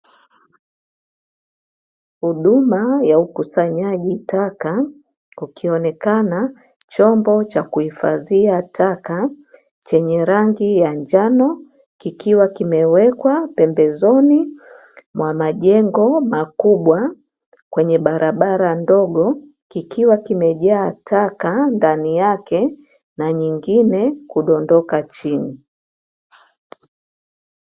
Huduma ya ukusanyaji taka, kukionekana chombo cha kuhifadhia taka chenye rangi ya njano, kikiwa kimewekwa pembezoni mwa majengo makubwa kwenye barabara ndogo, kikiwa kimejaa taka ndani yake na nyingine kudondoka chini.